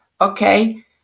okay